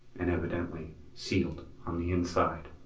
and evidently sealed on the inside.